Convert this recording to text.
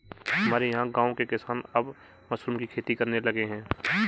हमारे यहां गांवों के किसान अब मशरूम की खेती करने लगे हैं